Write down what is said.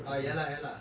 orh ya lah ya lah